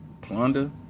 plunder